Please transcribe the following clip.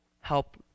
help